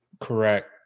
Correct